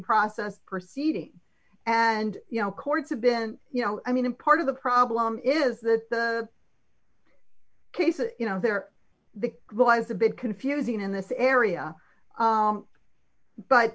process proceeding and you know courts have been you know i mean part of the problem is that the case is you know they're the wise a bit confusing in this area